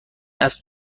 اسب